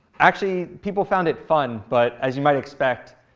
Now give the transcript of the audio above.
actually, people found it fun. but as you might expect,